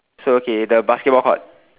so okay the basketball court